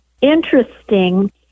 interesting